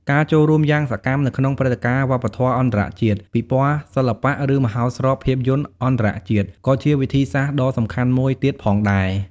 ការចូលរួមយ៉ាងសកម្មនៅក្នុងព្រឹត្តិការណ៍វប្បធម៌អន្តរជាតិ ពិព័រណ៍សិល្បៈ ឬមហោស្រពភាពយន្តអន្តរជាតិក៏ជាវិធីសាស្ត្រដ៏សំខាន់មួយទៀតផងដែរ។